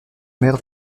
mer